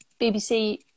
BBC